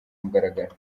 mugaragaro